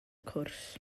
cwrs